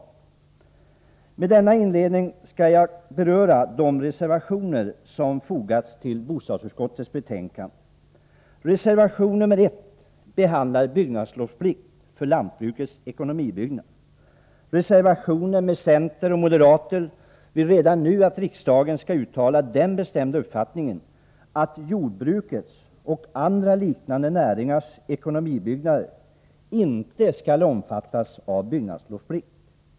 Efter denna inledning skall jag beröra de reservationer som fogats till bostadsutskottets betänkande. Reservation nr 1 behandlar byggnadslovsplikt för lantbrukets ekonomibyggnader. Reservanterna — centerpartister och moderater — vill att riksdagen redan nu skall uttala den bestämda uppfattningen att jordbrukets och andra liknande näringars ekonomibyggnader inte skall omfattas av byggnadslovsplikt.